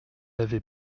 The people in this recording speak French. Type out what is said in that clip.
avait